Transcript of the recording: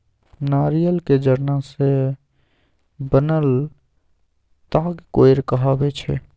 नारियरक जट्टा सँ बनल ताग कोइर कहाबै छै